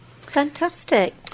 Fantastic